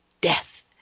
death